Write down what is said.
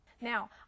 Now